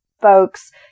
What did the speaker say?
folks